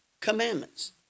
commandments